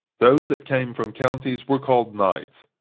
those that came from counties were called knights,